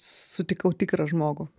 sutikau tikrą žmogų